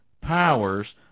powers